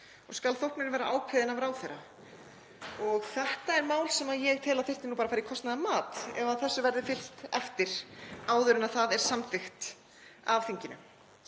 og skal þóknunin vera ákveðin af ráðherra. Þetta er mál sem ég tel að þyrfti að fara í kostnaðarmat ef þessu verður fylgt eftir, áður en það er samþykkt af þinginu.